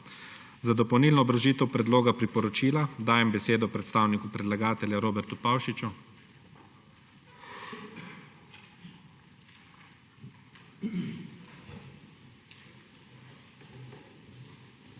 Za dopolnilno obrazložitev predloga priporočila dajem besedo predstavniku predlagatelja Robertu Pavšiču.